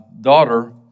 daughter